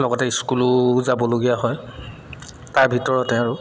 লগতে স্কুলো যাবলগীয়া হয় তাৰ ভিতৰতে আৰু